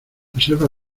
reserva